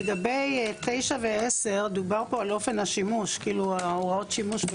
לגבי 9 ו-10 דובר פה על הוראות השימוש,